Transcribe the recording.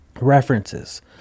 references